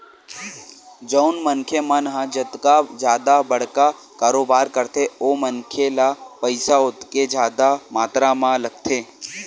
जउन मनखे मन ह जतका जादा बड़का कारोबार करथे ओ मनखे ल पइसा ओतके जादा मातरा म लगथे